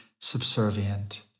subservient